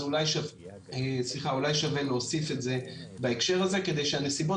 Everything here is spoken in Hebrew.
אז אולי שווה להוסיף את זה בהקשר הזה של הנסיבות,